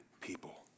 people